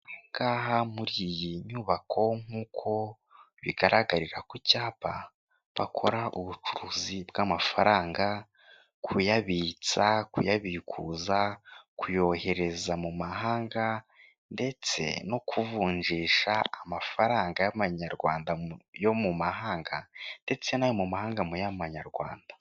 Aha muri iyi nyubako nk'uko bigaragarira ku cyapa bakora ubucuruzi bw'amafaranga kuyabitsa, kuyabikuza, kuyohereza mu mahanga ndetse no kuvunjisha amafaranga y'amanyarwanda yo mu mahanga ndetse n'ayo mu mahanga mu ya manyarwanda.